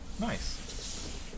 Nice